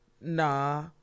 nah